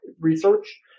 research